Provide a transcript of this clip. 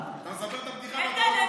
אתה מספר את הבדיחה ואתה לא צוחק,